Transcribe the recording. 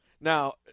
Now